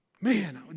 Man